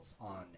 on